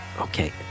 okay